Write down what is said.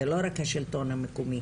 זה לא רק השלטון המקומי.